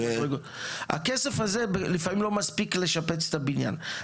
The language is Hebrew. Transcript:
הכסף הזה לפעמים לא מספיק לשפץ את הבניין.